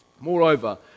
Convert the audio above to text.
Moreover